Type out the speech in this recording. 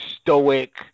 stoic